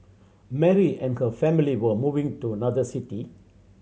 Mary and her family were moving to another city